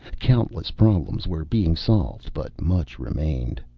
countless problems were being solved but much remained.